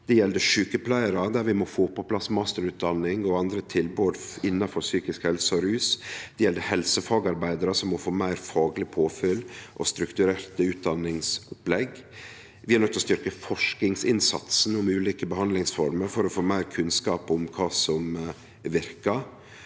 Det gjeld sjukepleiarar, der vi må få på plass masterutdanning og andre tilbod innanfor psykisk helse og rus. Det gjeld helsefagarbeidarar, som må få meir fagleg påfyll og strukturerte utdanningsopplegg. Vi er nøydde til å styrkje forskingsinnsatsen om ulike behandlingsformer for å få meir kunnskap om kva som verkar,